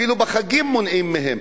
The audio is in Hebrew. אפילו בחגים מונעים מהם,